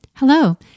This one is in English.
Hello